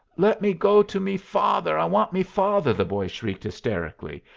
let me go to me father. i want me father, the boy shrieked hysterically.